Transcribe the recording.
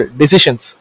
decisions